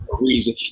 reason